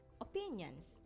opinions